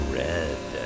red